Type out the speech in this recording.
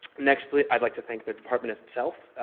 next, i'd like to thank the department itself,